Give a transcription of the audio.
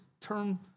turn